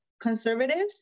conservatives